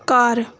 ਘਰ